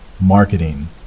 marketing